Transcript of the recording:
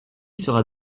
sera